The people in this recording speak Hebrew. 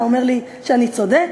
אתה אומר לי שאני צודק?